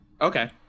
Okay